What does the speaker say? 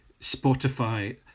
Spotify